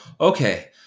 okay